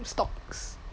stocks